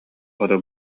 хоту